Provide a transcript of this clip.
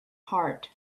heart